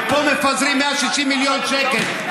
ופה מפזרים 160 מיליון שקל.